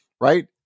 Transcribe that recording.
right